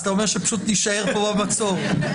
זה לא אומר שמתוקף אותה זכות מינהלית שקיימת לה כמובן היא